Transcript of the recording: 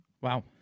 Wow